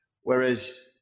Whereas